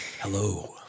Hello